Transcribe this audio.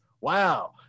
wow